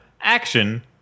action